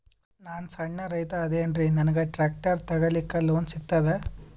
ನಾನ್ ಸಣ್ ರೈತ ಅದೇನೀರಿ ನನಗ ಟ್ಟ್ರ್ಯಾಕ್ಟರಿ ತಗಲಿಕ ಲೋನ್ ಸಿಗತದ?